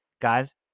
guys